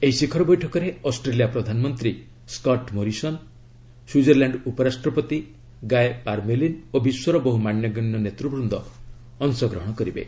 ଏହି ଶିଖର ବୈଠକରେ ଅଷ୍ଟ୍ରେଲିଆ ପ୍ରଧାନମନ୍ତ୍ରୀ ସ୍କଟ୍ ମୋରିସନ୍ ସୁଇଜରଲ୍ୟାଣ୍ଡ ଉପରାଷ୍ଟ୍ରପତି ଗାଏ ପାର୍ମେଲିନ୍ ଓ ବିଶ୍ୱର ବହୁ ମାନ୍ୟଗଣ୍ୟ ନେତୃବୃନ୍ଦ ଅଂଶଗ୍ରହଣ କରିବେ